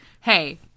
Hey